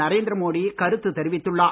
நரேந்திரமோடி கருத்து தெரிவித்துள்ளார்